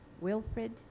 Wilfred